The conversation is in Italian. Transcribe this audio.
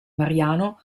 mariano